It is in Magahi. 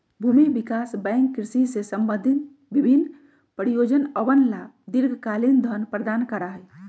भूमि विकास बैंक कृषि से संबंधित विभिन्न परियोजनअवन ला दीर्घकालिक धन प्रदान करा हई